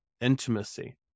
intimacy